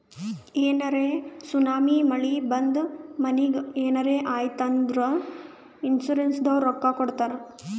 ಏನರೇ ಸುನಾಮಿ, ಮಳಿ ಬಂದು ಮನಿಗ್ ಏನರೇ ಆಯ್ತ್ ಅಂದುರ್ ಇನ್ಸೂರೆನ್ಸನವ್ರು ರೊಕ್ಕಾ ಕೊಡ್ತಾರ್